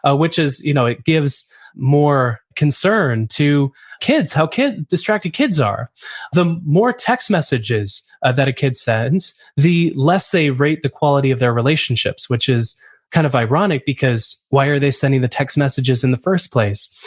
ah which is you know it gives more concern to kids, how distracted kids are the more text messages ah that a kid sends, the less they rate the quality of their relationships, which is kind of ironic because why are they sending the text messages in the first place?